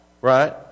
right